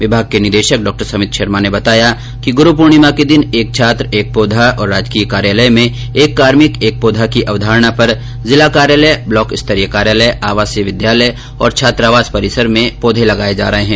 विभाग के निदेशक डॉ समित शर्मा ने बताया कि गुरू पूर्णिमा के दिन एक छात्र एक पौधा और राजकीय कार्यालय में एक कार्मिक एक पौधा की अवधारणा पर जिला कार्यालय ब्लाक स्तरीय कार्यालय आवासीय विद्यालय और छात्रावास परिसर में पौधे लगाये जा रहे है